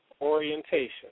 orientation